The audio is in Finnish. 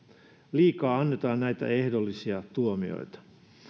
liikaa annetaan näitä ehdollisia tuomioita